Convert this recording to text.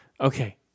Okay